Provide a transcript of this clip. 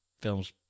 film's